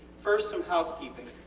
first some housekeeping.